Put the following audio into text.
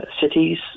cities